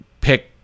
Pick